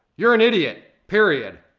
you're an idiot, period.